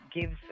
gives